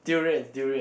durian durian